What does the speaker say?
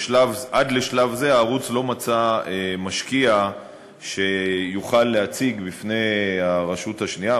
עד לשלב זה הערוץ לא מצא משקיע שיוכל להציג בפני הרשות השנייה,